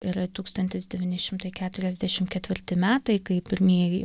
yra tūkstantis devyni šimtai keturiasdešim ketvirti metai kai pirmieji